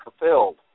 fulfilled